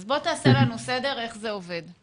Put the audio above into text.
אז בוא תעשה לנו סדר איך זה עובד.